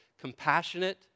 compassionate